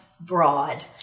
broad